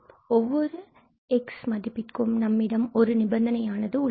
ஒவ்வொரு 𝑥∈01 மதிப்பிற்கும் நம்மிடம் ஒரு நிபந்தனை ஆனது உள்ளது